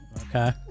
Okay